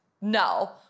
no